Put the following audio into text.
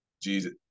Jesus